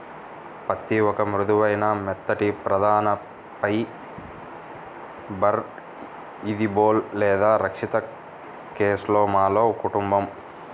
పత్తిఒక మృదువైన, మెత్తటిప్రధానఫైబర్ఇదిబోల్ లేదా రక్షిత కేస్లోమాలో కుటుంబం